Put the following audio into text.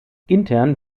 intern